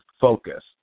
focus